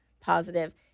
positive